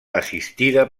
assistida